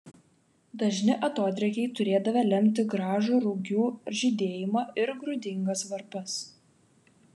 dažni atodrėkiai turėdavę lemti gražų rugių žydėjimą ir grūdingas varpas